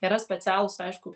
yra specialūs aišku